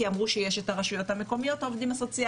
כי אמרו שיש את הרשויות המקומיות העו"סים,